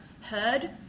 heard